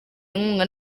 inkunga